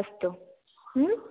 अस्तु अस्तु